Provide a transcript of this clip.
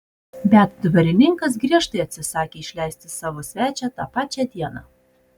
bet dvarininkas griežtai atsisakė išleisti savo svečią tą pačią dieną